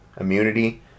immunity